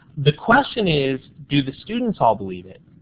the question is do the students all believe it?